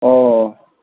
ꯑꯣ